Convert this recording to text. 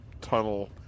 tunnel